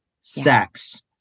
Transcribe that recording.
Sex